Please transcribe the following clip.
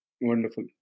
Wonderful